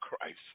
Christ